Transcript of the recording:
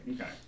Okay